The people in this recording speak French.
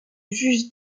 juges